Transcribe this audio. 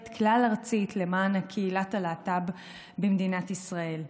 כלל-ארצית למען קהילת הלהט"ב במדינת ישראל.